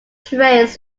trains